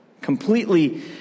completely